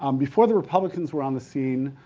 um before the republicans were on the scene,